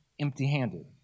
empty-handed